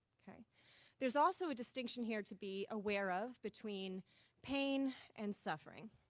there's also a distinction here to be aware of between pain and suffering.